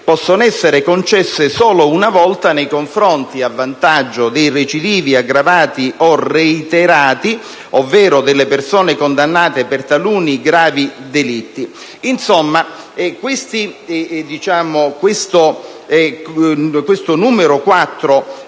possono essere concesse solo una volta a vantaggio dei recidivi aggravati o reiterati, ovvero delle persone condannate per taluni, gravi delitti. Insomma, il numero 4)